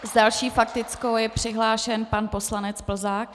S další faktickou je přihlášen pan poslanec Plzák.